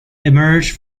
emerged